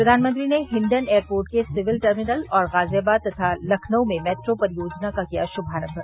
प्रधानमंत्री ने हिंडन एयरपोर्ट के सिविल टर्मिनल और गाजियाबाद तथा लखनऊ में मेट्रो परियोजना का किया शुभारंभ